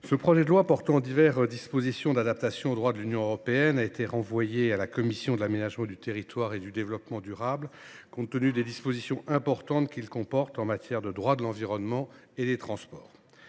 ce projet de loi portant diverses dispositions d’adaptation au droit de l’Union européenne a été renvoyé à la commission de l’aménagement du territoire et du développement durable, compte tenu des dispositions importantes qu’il comporte en matière de droit de l’environnement et des transports.